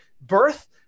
birth